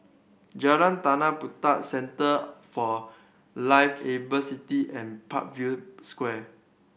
Jalan Tanah Puteh Centre for Liveable City and Parkview Square